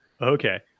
okay